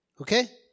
okay